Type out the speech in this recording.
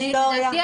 לדעתי,